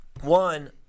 one –